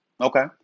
okay